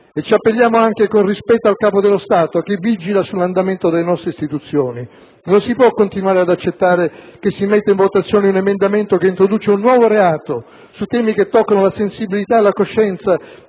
e ci appelliamo anche con rispetto al Capo dello Stato che vigila sull'andamento delle nostre istituzioni. Non si può continuare ad accettare che si metta in votazione un emendamento che introduce un nuovo reato su temi che toccano la sensibilità e la coscienza